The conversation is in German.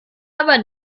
aber